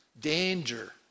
Danger